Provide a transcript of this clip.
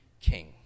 king